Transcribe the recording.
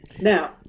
Now